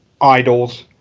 idols